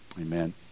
Amen